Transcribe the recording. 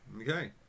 Okay